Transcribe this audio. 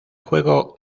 juego